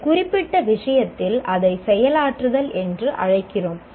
இந்த குறிப்பிட்ட விஷயத்தில் அதை செயலாற்றுதல் என்று அழைக்கிறோம்